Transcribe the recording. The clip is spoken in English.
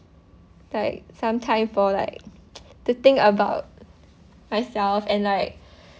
like some time for like to think about myself and like